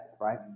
right